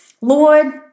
Lord